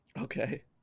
Okay